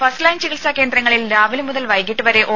first line ചികിത്സാ കേന്ദ്രങ്ങളിൽ രാവിലെ മുതൽ വൈകിട്ട് വരെ ഒ